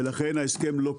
ולכן ההסכם לא קיים.